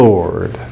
Lord